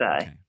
Okay